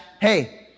hey